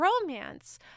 romance